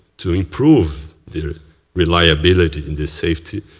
to improve the reliability and the safety,